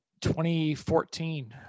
2014